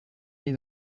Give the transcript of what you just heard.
née